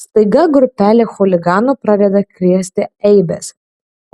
staiga grupelė chuliganų pradeda krėsti eibes